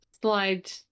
slide